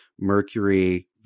Mercury